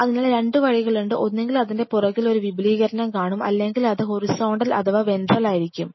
അതിനാൽ 2 വഴികളുണ്ട് ഒന്നുകിൽ അതിന്റെ പുറകിൽ ഒരു വിപുലീകരണം കാണും അല്ലെങ്കിൽ അത് ഹൊറിസോണ്ടൽ അല്ലെങ്കിൽ വെൻട്രൽ ആയിരിക്കും